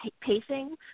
pacing